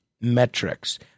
metrics